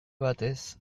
batez